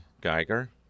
Geiger